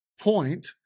point